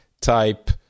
type